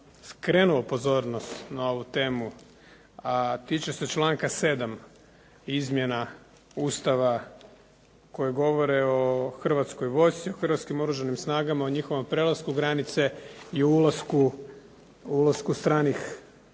skrenuo pozornost na ovu temu, a tiče se članka 7. izmjena Ustava koje govore o Hrvatskoj vojsci u Hrvatskim oružanim snagama, o njihovom prelasku granice i ulasku stranih